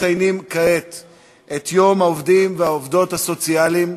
אנחנו מציינים כעת את יום העובדים והעובדות הסוציאליים,